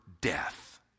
death